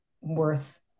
worth